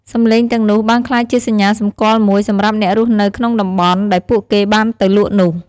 សំឡេងទាំងនោះបានក្លាយជាសញ្ញាសម្គាល់មួយ សម្រាប់អ្នករស់នៅក្នុងតំបន់ដែលពួកគេបានទៅលក់នោះ។